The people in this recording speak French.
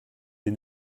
des